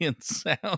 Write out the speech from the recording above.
sound